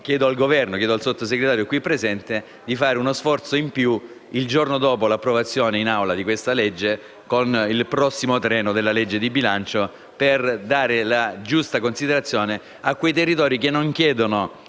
Chiedo al Governo e al Sottosegretario qui presente di fare uno sforzo ulteriore, il giorno dopo l'approvazione in Assemblea di questo provvedimento, con il prossimo treno della manovra di bilancio, per dare la giusta considerazione a quei territori che non chiedono